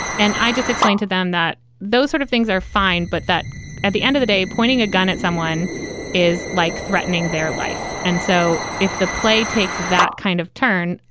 and i just explained to them that those sort of things are fine, but that at the end of the day, pointing a gun at someone is like threatening their life. and so if the play takes that kind of turn,